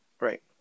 right